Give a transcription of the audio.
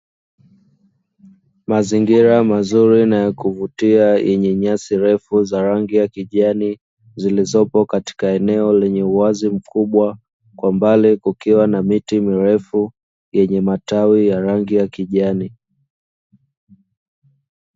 Mazingira mazuri na yakuvutia yenye nyasi ndefu na rangi ya kijani, zilizopo katika eneo lenye uwazi mkubwa. Kwa mbali kukiwa na miti mirefu yenye matawi ya rangi ya kijani.